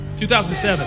2007